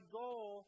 goal